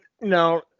no